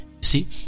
See